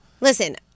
Listen